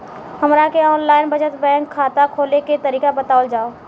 हमरा के online बचत बैंक खाता खोले के तरीका बतावल जाव?